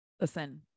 Listen